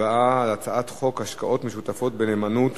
ההצבעה היא על הצעת חוק השקעות משותפות בנאמנות